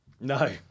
No